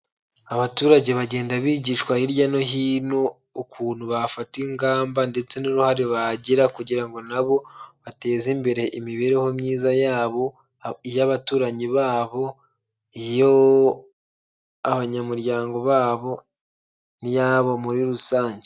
Abaturage bagenda bigishwa hirya no hino, ukuntu bafata ingamba ndetse n'uruhare bagira kugira ngo nabo bateze imbere imibereho myiza yabo, y'abaturanyi babo iyo abanyamuryango babo n'iyabo muri rusange.